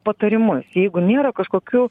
patarimus jeigu nėra kažkokių